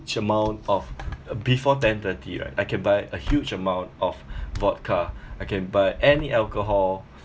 amount of uh before ten-thirty right I can buy a huge amount of vodka I can buy any alcohol